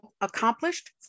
accomplished